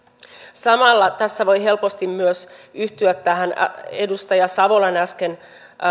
samalla tässä voi helposti myös yhtyä tähän edustaja savolan äsken